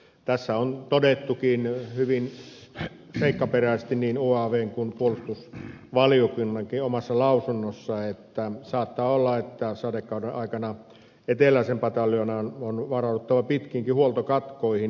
tässä on todettukin hyvin seikkaperäisesti niin uavn mietinnössä kuin puolustusvaliokunnankin omassa lausunnossa että saattaa olla että sadekauden aikana eteläisen pataljoonan on varauduttava pitkiinkin huoltokatkoihin